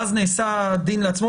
ואז נעשה דין לעצמו.